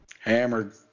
hammered